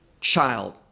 child